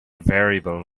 variable